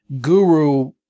guru